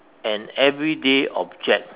an everyday object